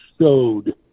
showed